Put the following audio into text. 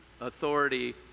authority